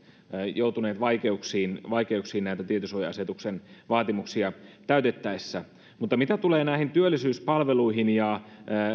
joutuneet vaikeuksiin vaikeuksiin näitä tietosuoja asetuksen vaatimuksia täytettäessä mutta mitä tulee näihin työllisyyspalveluihin ja